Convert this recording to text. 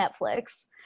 Netflix